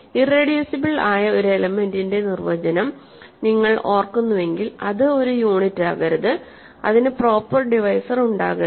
irreducible ആയ ഒരു എലെമെൻന്റിന്റെ നിർവചനം നിങ്ങൾ ഓർക്കുന്നുവെങ്കിൽ അത് ഒരു യൂണിറ്റാകരുത് അതിന് പ്രോപ്പർ ഡിവൈസർ ഉണ്ടാകരുത്